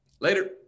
Later